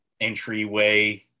entryway